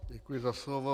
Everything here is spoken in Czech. Děkuji za slovo.